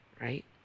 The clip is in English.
right